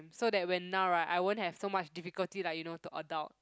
so that when now right I won't have so much difficulty like you know to adult